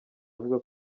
avuga